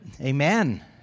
Amen